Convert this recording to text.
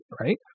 Right